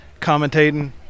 commentating